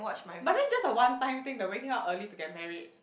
but then just a one time thing to waking up early to get married